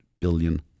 billion